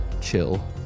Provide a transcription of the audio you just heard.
chill